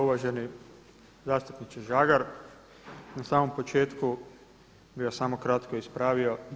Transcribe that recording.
Uvaženi zastupniče Žagar na samom početku bi vas samo kratko ispravio.